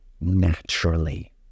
naturally